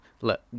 Look